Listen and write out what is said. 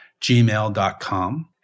gmail.com